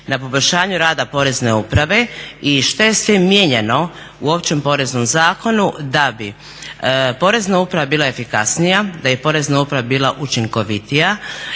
na poboljšanju rada Porezne uprave i šta je sve mijenjano u Općem poreznom zakonu da bi Porezna uprava bila efikasnija, da bi Porezna uprava bila učinkovitija